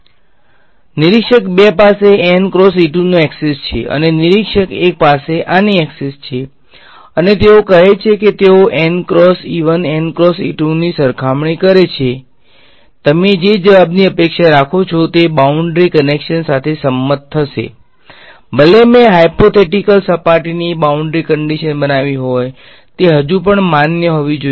તેથી નિરીક્ષક ૨ પાસે નો એકસેસ છે અને નિરીક્ષક ૧ પાસે આની એક્સેસ છે અને તેઓ કહે છે કે તેઓ ની સરખામણી કરે છે કે તમે જે જવાબોની અપેક્ષા રાખો છો તે બાઉંડ્રી કંડીશન સાથે સંમત થશે ભલે મેં હાઈપોથેટીકલ સપાટીની બાઉંડ્રી કંડીશન બનાવી હોય તે હજુ પણ માન્ય હોવી જોઈએ